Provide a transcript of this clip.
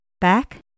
back